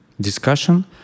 discussion